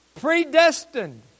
predestined